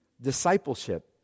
discipleship